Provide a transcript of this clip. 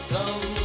Come